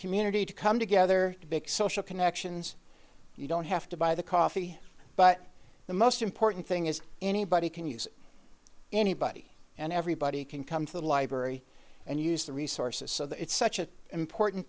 community to come together because social connections you don't have to buy the coffee but the most important thing is anybody can use anybody and everybody can come to the library and use the resources so that it's such an important